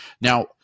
Now